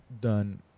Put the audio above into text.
Done